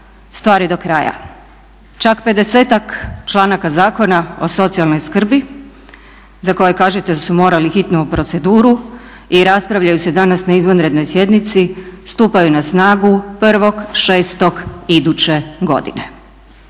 stvari do kraja. Čak 50-ak članaka Zakona o socijalnoj skrbi za koje kažete da su morali hitno u proceduru i raspravljaju se danas na izvanrednoj sjednici stupaju na snagu 1.6. iduće godine.